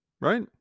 Right